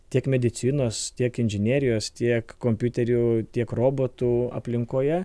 tiek medicinos tiek inžinerijos tiek kompiuterių tiek robotų aplinkoje